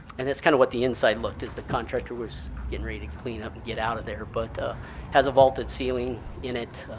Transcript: and that's kind of what the inside looked as the contractor was getting ready to clean up and get out of there. but it has a vaulted ceiling in it,